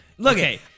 Okay